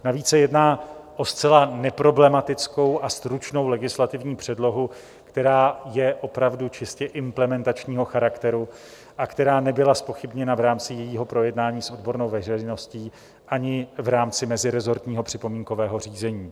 Navíc se jedná o zcela neproblematickou a stručnou legislativní předlohu, která je opravdu čistě implementačního charakteru a která nebyla zpochybněna v rámci jejího projednání s odbornou veřejností ani v rámci meziresortního připomínkového řízení.